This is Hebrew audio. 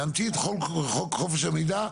להמציא את חוק חופש המידע,